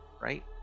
right